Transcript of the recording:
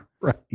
Right